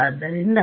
ಆದ್ದರಿಂದ